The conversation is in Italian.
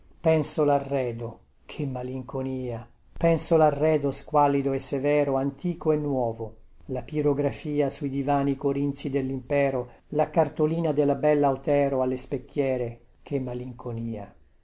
penso larredo che malinconia penso larredo squallido e severo antico e nuovo la pirografia sui divani corinzi dellimpero la cartolina della bella otero alle specchiere che malinconia